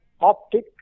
optic